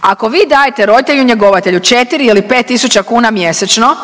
Ako vi dajte roditelju njegovatelju 4 ili 5 tisuća kuna mjesečno,